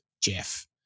Jeff